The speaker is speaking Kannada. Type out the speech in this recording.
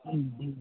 ಹ್ಞೂ ಹ್ಞೂ